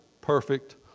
perfect